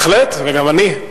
בהחלט, גם אני.